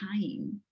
time